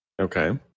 Okay